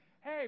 Hey